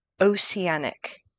oceanic